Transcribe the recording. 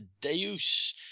deus